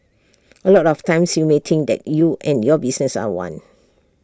A lot of times you may think that you and your business are one